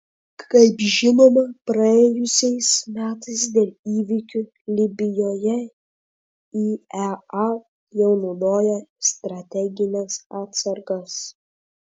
kaip žinoma praėjusiais metais dėl įvykių libijoje iea jau naudojo strategines atsargas